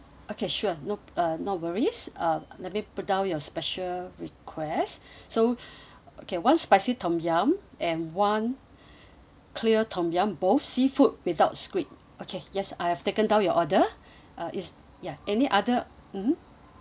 okay sure nope uh not worries uh let me put down your special requests so okay one spicy tom yum and one clear tom yum both seafood without squid okay yes I have taken down your order uh is ya any other mmhmm